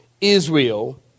Israel